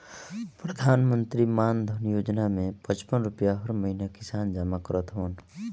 प्रधानमंत्री मानधन योजना में पचपन रुपिया हर महिना किसान जमा करत हवन